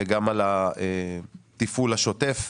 וגם על התפעול השוטף.